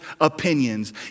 opinions